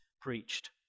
preached